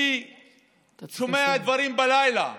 אני שומע דברים בלילה,